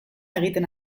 egiten